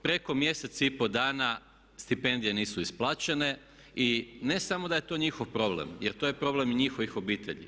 Preko mjesec i pol dana stipendije nisu isplaćene i ne samo da je to njihov problem, jer to je problem i njihovih obitelji.